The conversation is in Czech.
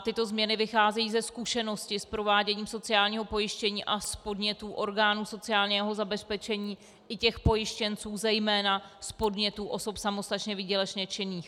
Tyto změny vycházejí ze zkušeností s prováděním sociálního pojištění a z podnětů orgánů sociálního zabezpečení i pojištěnců, zejména z podnětů osob samostatně výdělečně činných.